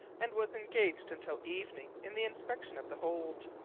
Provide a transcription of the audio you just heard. and was engaged until evening in the inspection of the hold.